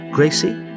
Gracie